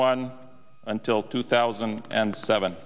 one until two thousand and seven